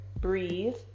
breathe